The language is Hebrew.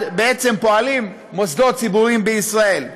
בעצם פועלים מוסדות ציבוריים בישראל,